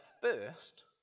first